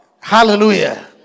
Hallelujah